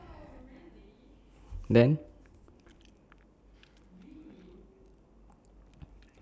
then